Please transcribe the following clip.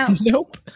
Nope